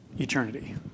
Eternity